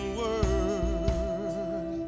word